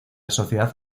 sociedad